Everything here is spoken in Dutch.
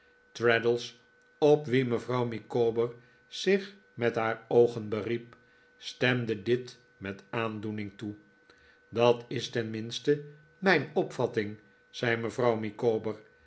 traddles op wien mevrouw micawber zich met haar oogen beriep stemde dit met aandoening toe dat is tenminste mijn opvatting zei mevrouw micawber mijn